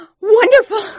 wonderful